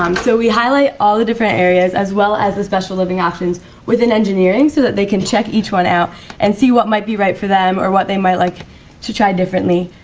um so we highlight all the different areas as well as the special living options within engineering so that they can check each one out and see what might be right for them or what they might like to try differently.